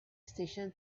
station